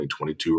2022